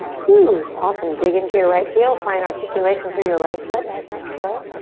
whew awesome, dig into your right heel, find articulation through your right foot nice and slow.